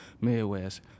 Midwest